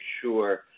sure